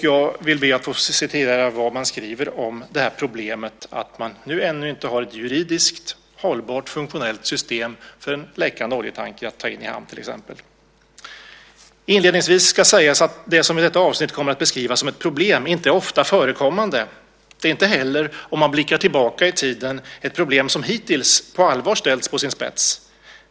Jag ska be att få citera vad man skriver om detta problem att man ännu inte har ett juridiskt hållbart funktionellt system för en läckande oljetanker att ta in i hamn till exempel. "Inledningsvis skall sägas att det som i detta avsnitt kommer att beskrivas som ett problem inte är ofta förekommande. Det är inte heller - om man blickar tillbaka i tiden - ett problem, som hittills på allvar ställts på sin spets.